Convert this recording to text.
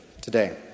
today